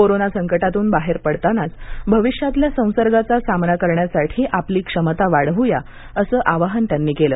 corona संकटातून बाहेर पडतानाच भविष्यातल्या संसर्गाचा सामना करण्यासाठी आपली क्षमता वाढवूया असं आवाहन त्यांनी केलं